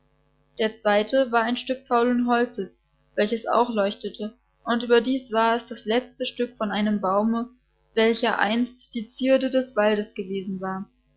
der zweite war ein stück faulen holzes welches auch leuchtete und überdies war es das letzte stück von einem baume welcher einst die zierde des waldes gewesen war